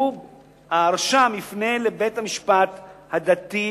הרשם יפנה לבית-המשפט הדתי,